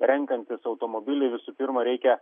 renkantis automobilį visų pirma reikia